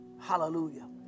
Hallelujah